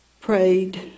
prayed